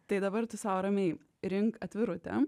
tai dabar tu sau ramiai rink atvirutę